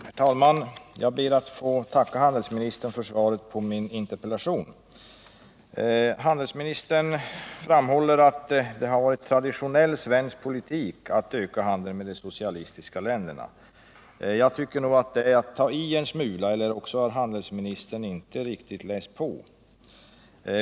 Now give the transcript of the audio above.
Herr talman! Jag ber att få tacka handelsministern för svaret på min interpellation. Handelsministern framhåller att det har varit traditionell svensk politik att öka handeln med de socialistiska länderna. Jag tycker att det är att ta till en smula, eller också har handelsministern inte riktigt läst på.